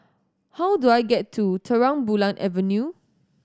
how do I get to Terang Bulan Avenue